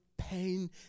pain